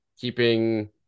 keeping